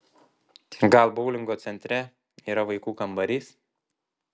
gal boulingo centre yra vaikų kambarys